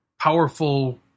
powerful